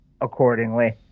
accordingly